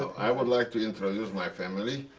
i would like to introduce my family.